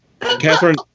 Catherine